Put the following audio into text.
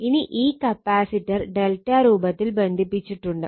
ഇനി ഈ capacitor delta രൂപത്തിൽ ബന്ധിപ്പിച്ചിട്ടുണ്ട്